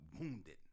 wounded